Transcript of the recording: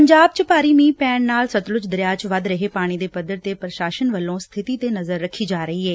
ਪੰਜਾਬ ਚ ਭਾਰੀ ਮੀਹ ਧੈਣ ਨਾਲ ਸਤਲੁਜ ਦਰਿਆ ਚ ਵਧੇ ਪਾਣੀ ਦੇ ਪੱਧਰ ਤੇ ਪ੍ਰਸ਼ਾਸਨ ਵੱਲੋ ਸਬਿਤੀ ਤੇ ਨਜ਼ਰ ਰੱਖੀ ਜਾ ਰਹੀ ਏ